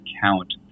count